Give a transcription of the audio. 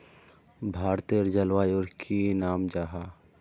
भारतेर जलवायुर की नाम जाहा?